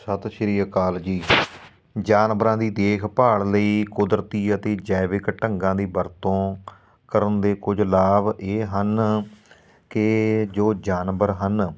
ਸਤਿ ਸ਼੍ਰੀ ਅਕਾਲ ਜੀ ਜਾਨਵਰਾਂ ਦੀ ਦੇਖਭਾਲ ਲਈ ਕੁਦਰਤੀ ਅਤੇ ਜੈਵਿਕ ਢੰਗਾਂ ਦੀ ਵਰਤੋਂ ਕਰਨ ਦੇ ਕੁਝ ਲਾਭ ਇਹ ਹਨ ਕਿ ਜੋ ਜਾਨਵਰ ਹਨ